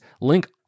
link